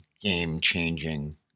game-changing